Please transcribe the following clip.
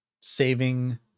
Saving